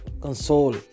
console